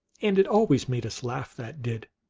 and it always made us laugh, that did.